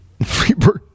Freebird